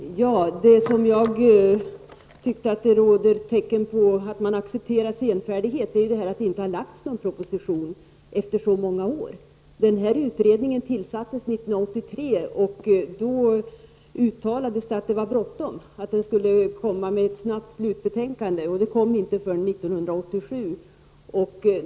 Herr talman! Det som jag tycker var tecken på att man har accepterat senfärdigheten är att det inte har lagts fram någon proposition efter så många år. Utredningen tillsattes 1983. Det uttalades då att det var bråttom, att den snart skulle komma med ett slutbetänkande. Det kom inte förrän 1987.